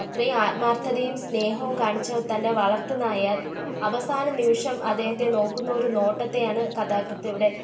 അത്രയും ആത്മാർത്ഥതയും സ്നേഹവും കാണിച്ച തൻ്റെ വളർത്ത് നായയെ അവസാന നിമിഷം അദ്ദേഹത്തെ നോക്കുന്ന ഒരു നോട്ടത്തെ ആണ് കഥാകൃത്ത് ഇവിടെ